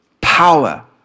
power